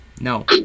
no